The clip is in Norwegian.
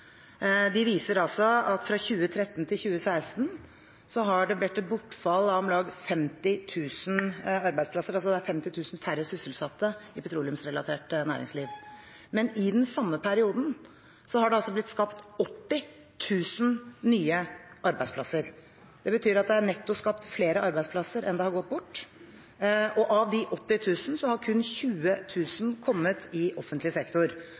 De viser at fra 2013 til 2016 har det vært et bortfall av om lag 50 000 arbeidsplasser – det er altså 50 000 færre sysselsatte i det petroleumsrelaterte næringsliv. Men i den samme perioden har det blitt skapt 80 000 nye arbeidsplasser. Det betyr at det netto er skapt flere arbeidsplasser enn det som har gått bort, og av de 80 000 har kun 20 000 kommet i offentlig sektor.